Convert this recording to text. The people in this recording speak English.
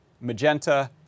magenta